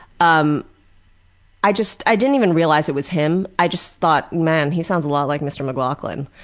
um i just, i didn't even realize it was him i just thought, man he sounds a lot like mr. mclaughlin.